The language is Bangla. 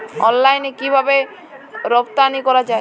অনলাইনে কিভাবে রপ্তানি করা যায়?